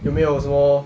有没有什么